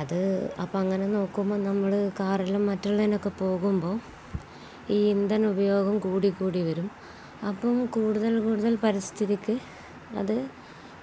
അത് അപ്പോള് അങ്ങനെ നോക്കുമ്പോള് നമ്മള് കാറല്ലാം മറ്റുള്ളതിനൊക്കെ പോകുമ്പോള് ഈ ഇന്ധന ഉപയോഗം കൂടിക്കൂടി വരും അപ്പോള് കൂടുതൽ കൂടുതൽ പരിസ്ഥിതിക്ക് അതു